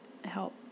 help